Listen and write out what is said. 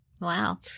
Wow